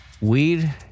weed